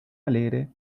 alegre